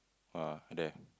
ah there